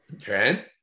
Trent